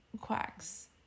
quacks